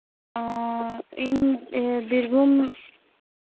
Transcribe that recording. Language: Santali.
ᱟᱨ ᱤᱧ ᱵᱤᱨᱵᱷᱩᱢ